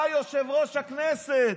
אתה יושב-ראש הכנסת.